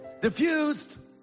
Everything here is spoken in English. Diffused